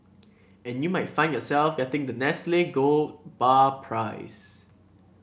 and you might find yourself getting that Nestle gold bar prize